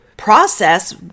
process